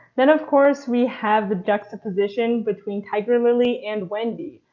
then of course we have the juxtaposition between tiger lily and wendy,